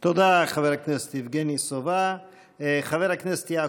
תודה, חבר הכנסת יבגני סובה.